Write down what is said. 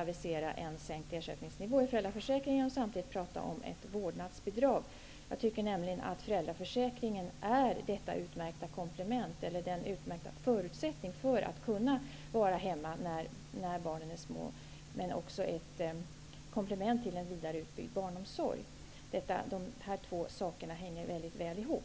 avisera en sänkt ersättningsnivå i föräldraförsäkringen, samtidigt som man talar om vårdnadsbidrag. Jag tycker nämligen att föräldraförsäkringen är en utmärkt förutsättning för att det skall vara möjligt att vara hemma när barnen är små. Föräldraförsäkringen är också ett komplement till en vidare utbyggd barnomsorg. Dessa två saker hänger väl samman.